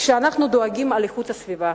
כשאנחנו דואגים לאיכות הסביבה?